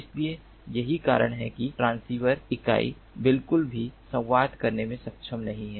इसलिए यही कारण है कि ट्रांसीवर इकाई बिल्कुल भी संवाद करने में सक्षम नहीं है